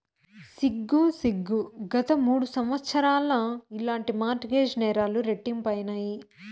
సిగ్గు సిగ్గు, గత మూడు సంవత్సరాల్ల ఇలాంటి మార్ట్ గేజ్ నేరాలు రెట్టింపైనాయి